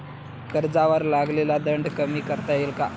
कर्जावर लागलेला दंड कमी करता येईल का?